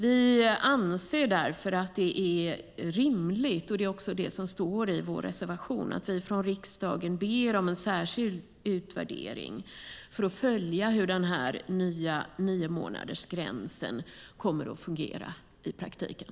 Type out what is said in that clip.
Vi anser därför att det är rimligt, och det också står i vår reservation, att vi från riksdagen ber om en särskild utvärdering för att följa hur den nya niomånadersgränsen kommer att fungera i praktiken.